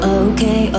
okay